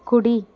కుడి